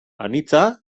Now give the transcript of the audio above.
anitza